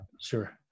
Sure